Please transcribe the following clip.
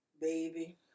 Baby